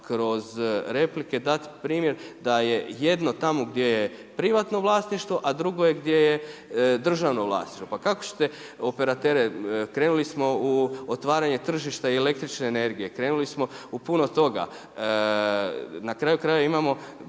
kroz replike dati primjer da je jedno tamo gdje je privatno vlasništvo, a drugo je gdje je državno vlasništvo. Krenuli smo u otvaranje tržišta električne energije, krenuli smo u puno toga, nakraju krajeva imamo